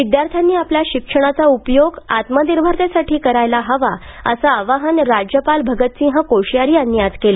विद्यार्थ्यांनी आपल्या शिक्षणाचा उपयोग आत्मनिर्भरतेसाठी करावा असे आवाहन राज्यपाल भगतसिंह कोश्यारी यांनी आज केले